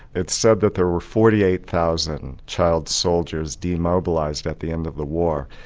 it's said that there were forty eight thousand child soldiers demobilised at the end of the war.